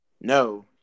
No